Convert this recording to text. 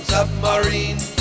Submarine